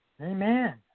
Amen